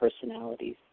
personalities